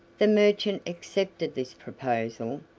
the merchant accepted this proposal,